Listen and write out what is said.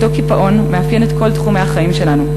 אותו קיפאון מאפיין את כל תחומי החיים שלנו,